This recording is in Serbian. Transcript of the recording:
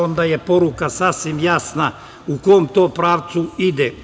Onda je poruka sasvim jasna u kom to pravcu ide.